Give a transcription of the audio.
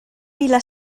vila